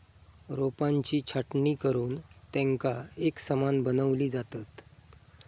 रोपांची छाटणी करुन तेंका एकसमान बनवली जातत